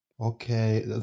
Okay